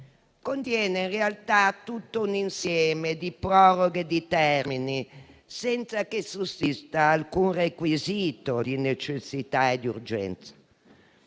contiene in realtà tutto un insieme di proroghe di termini senza che sussista alcun requisito di necessità e di urgenza,